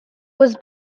was